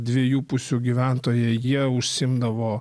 dviejų pusių gyventojai jie užsiimdavo